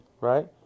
Right